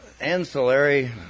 ancillary